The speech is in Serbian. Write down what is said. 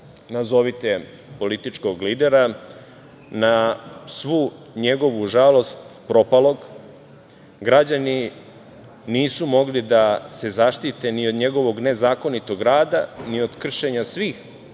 nazovite političkog lidera na svu njegovu žalost, propalog, građani nisu mogli da se zaštite ni od njegovog nezakonitog rada, ni od kršenja svih